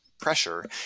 pressure